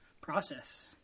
process